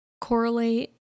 correlate